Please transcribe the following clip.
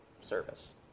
service